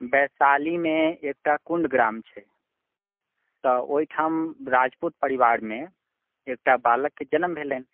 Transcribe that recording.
वैशालीमे एकटा कुण्ड ग्राम छै तऽ ओहिठाम राजपूत परिवारमे एकटा बालकके जन्म भेलनि